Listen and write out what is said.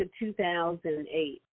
2008